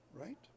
Right